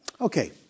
Okay